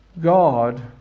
God